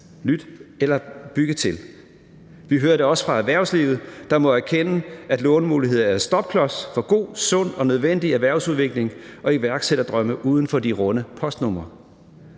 nyt eller bygge til. Vi hører det også fra erhvervslivet, der må erkende, at lånemulighederne er en stopklods for god, sund og nødvendig erhvervsudvikling og iværksætterdrømme uden for de runde postnumre.